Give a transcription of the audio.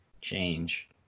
change